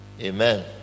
Amen